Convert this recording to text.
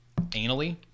anally